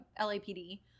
LAPD